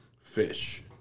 fish